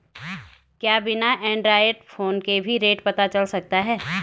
क्या बिना android phone के भी रेट पता चल सकता है?